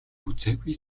үзээгүй